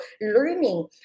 learning